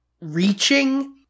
reaching